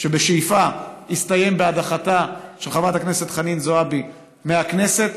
שבשאיפה יסתיים בהדחתה של חברת הכנסת חנין זועבי מהכנסת,